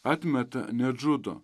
atmeta net žudo